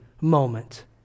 moment